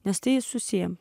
nes tai susiję